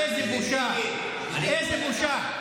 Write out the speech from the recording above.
איזו בושה, איזו בושה.